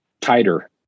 tighter